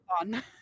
on